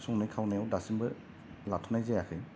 संनाय खावनाय आव दासिमबो लाथ' नाय जायाखै